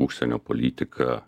užsienio politika